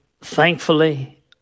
thankfully